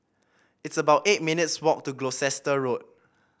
it's about eight minutes' walk to Gloucester Road